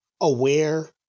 aware